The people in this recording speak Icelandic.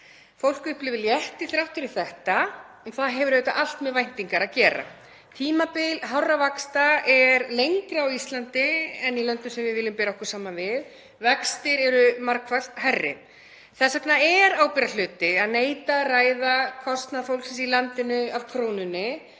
Fólk upplifir létti þrátt fyrir þetta en það hefur auðvitað allt með væntingar að gera. Tímabil hárra vaxta eru lengri á Íslandi en í löndum sem við viljum bera okkur saman við og vextir eru margfalt hærri. Þess vegna er ábyrgðarhluti að neita að ræða kostnað fólksins í landinu af krónunni